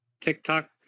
TikTok